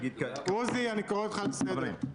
קורא אותך לסדר.